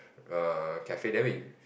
err cafe then we